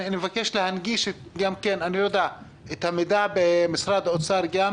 אני מבקש להנגיש את המידע גם בערבית.